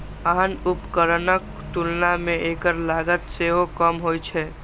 आन उपकरणक तुलना मे एकर लागत सेहो कम होइ छै